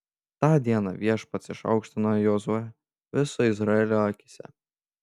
tą dieną viešpats išaukštino jozuę viso izraelio akyse